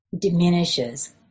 diminishes